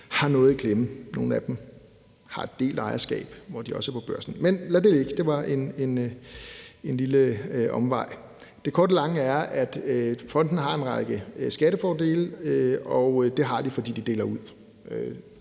har noget i klemme. Nogle af dem har et delt ejerskab, hvor de også er på børsen. Men lad det ligge, det var en lille omvej. Det korte af det lange er, at fondene har en række skattefordele, og det har de, fordi de deler ud.